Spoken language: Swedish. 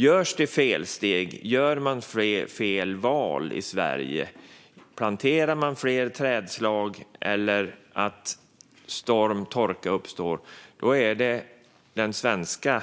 Om det görs felsteg, om man gör fel val i Sverige, om man planterar fel trädslag eller om man drabbas av storm eller torka, är det den svenska